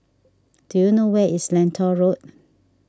do you know where is Lentor Road